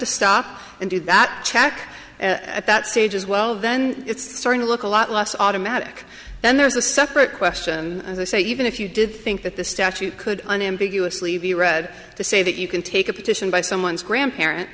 to stop and do that check at that stage as well then it's starting to look a lot less automatic then there's a separate question as i say even if you did think that the statute could unambiguously be read to say that you can take a petition by someone's grandparent